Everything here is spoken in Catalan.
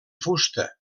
fusta